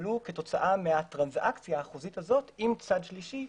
שיתקבלו כתוצאה מהטרנזאקציה החוזית הזאת עם צד שלישי,